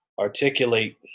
articulate